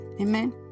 Amen